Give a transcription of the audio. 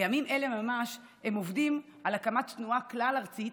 בימים אלה ממש הם עובדים על הקמת תנועה כלל-ארצית